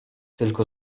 tylko